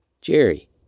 Jerry